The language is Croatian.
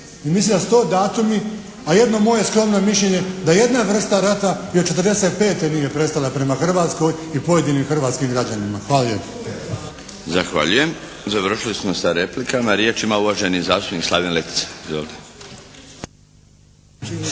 I mislim da su to datumi. A jedno moje skromno mišljenje da jedna vrsta rata je da '45. nije prestala prema Hrvatskoj i pojedinim hrvatskim građanima.. Hvala lijepo. **Milinović, Darko (HDZ)** Zahvaljujem. Završili smo sa replikama. Riječ ima uvaženi zastupnik Slaven Letica.